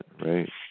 right